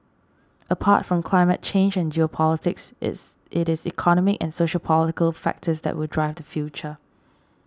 apart from climate change and geopolitics is it is economic and sociopolitical factors that will drive the future